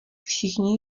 všichni